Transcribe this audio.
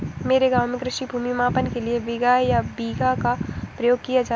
मेरे गांव में कृषि भूमि मापन के लिए बिगहा या बीघा का प्रयोग किया जाता है